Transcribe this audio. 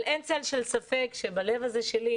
אבל אין צל של ספק שבלב הזה שלי,